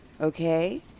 okay